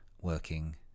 working